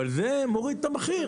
אבל זה מוריד את המחיר.